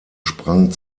sprang